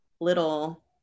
little